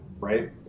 right